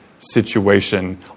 situation